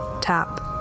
Tap